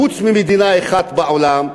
חוץ ממדינה אחת בעולם,